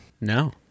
no